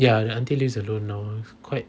ya the auntie lives alone now quite